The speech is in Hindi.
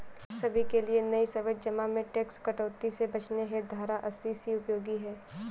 सभी के लिए नई सावधि जमा में टैक्स कटौती से बचने हेतु धारा अस्सी सी उपयोगी है